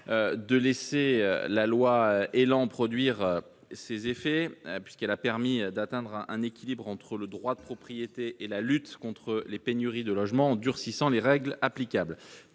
le temps à la loi ÉLAN produire ses effets. Elle a permis d'atteindre un équilibre entre le droit de propriété et la lutte contre les pénuries de logements, en durcissant les règles applicables.